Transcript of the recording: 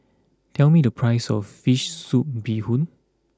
tell me the price of Fish Soup Bee Hoon